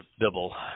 Bible